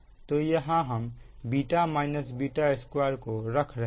तो यहां हम β β2 को रख रहे हैं